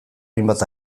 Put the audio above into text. hainbat